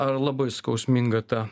ar labai skausminga ta